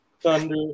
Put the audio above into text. Thunder